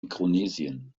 mikronesien